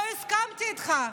פה הסכמתי איתך.